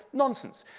nonsense.